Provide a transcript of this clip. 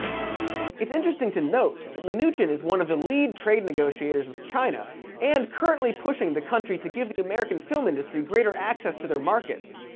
it's interesting to note that mnuchin is one of the lead trade negotiators with china and currently pushing the country to give the american film industry greater access to their markets,